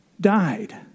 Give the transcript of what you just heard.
died